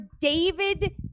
David